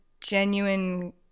genuine